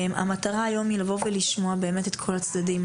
המטרה היום היא לבוא ולשמוע באמת את כל הצדדים.